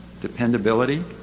dependability